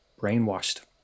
brainwashed